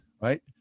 right